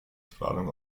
strahlung